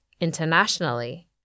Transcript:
internationally